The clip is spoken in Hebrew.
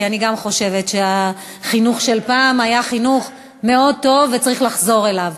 כי גם אני חושבת שהחינוך של פעם היה חינוך מאוד טוב וצריך לחזור אליו.